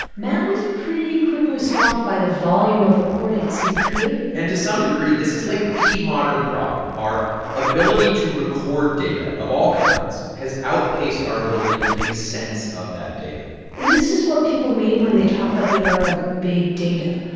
matt was pretty quickly swamped by the volume of recordings he'd created and to some degree, this is, like, the modern problem. our ability to record data of all kinds has outpaced our ability to make sense of that data this is what people mean when they talk about the era of big data.